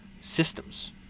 systems